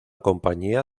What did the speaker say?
compañía